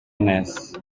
neza